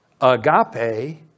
Agape